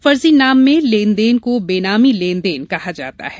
फर्जी नाम में लेन देन को बेनामी लेन देन कहा जाता है